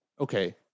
okay